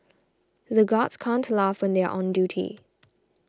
the guards can't laugh when they are on duty